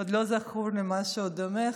לא זכור לי משהו דומה.